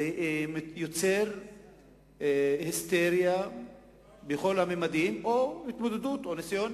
ויוצר היסטריה בכל הממדים, או ניסיון